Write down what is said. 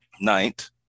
night